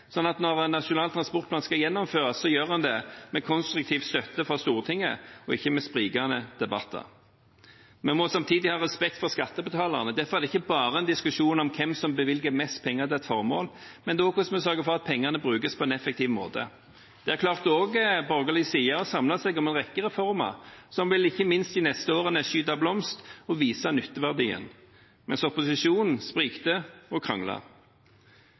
sånn at når Nasjonal transportplan skal gjennomføres, gjør en det med konstruktiv støtte fra Stortinget og ikke med sprikende debatter. Vi må samtidig ha respekt for skattebetalerne. Derfor er det ikke bare en diskusjon om hvem som bevilger mest penger til et formål, men også hvordan vi sørger for at pengene brukes på en effektiv måte. Der klarte også borgerlig side å samle seg om en rekke reformer som ikke minst de neste årene vil skyte fart og vise nytteverdien, mens opposisjonen sprikte og